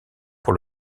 pour